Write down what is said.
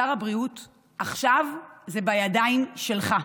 שר הבריאות, עכשיו זה בידיים שלך.